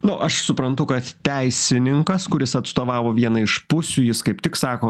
nu aš suprantu kad teisininkas kuris atstovavo vieną iš pusių jis kaip tik sako